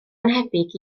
annhebyg